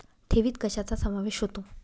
ठेवीत कशाचा समावेश होतो?